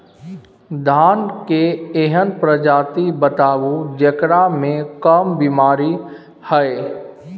धान के एहन प्रजाति बताबू जेकरा मे कम बीमारी हैय?